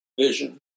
vision